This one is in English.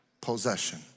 possession